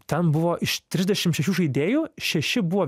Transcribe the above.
ten buvo iš trisdešim šešių žaidėjų šeši buvo